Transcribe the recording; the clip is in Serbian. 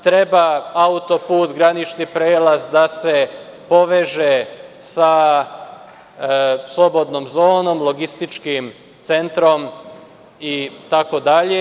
Treba autoput, granični prelaz da se poveže sa slobodnom zonom, logističkim centrom itd.